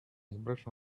impression